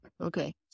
Okay